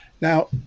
Now